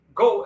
go